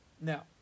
now